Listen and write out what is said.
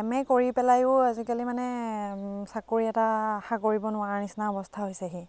M A কৰি পেলায়ো আজিকালি মানে চাকৰি এটা আশা কৰিব নোৱাৰা নিচিনা অৱস্থা হৈছেহি